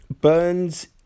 Burns